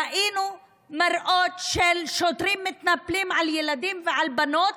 ראינו מראות של שוטרים מתנפלים על ילדים ועל בנות,